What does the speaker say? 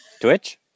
Twitch